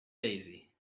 daisy